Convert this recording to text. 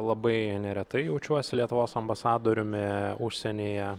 labai neretai jaučiuosi lietuvos ambasadoriumi užsienyje